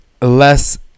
less